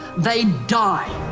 they die.